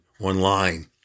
online